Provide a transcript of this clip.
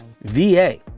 VA